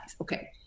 okay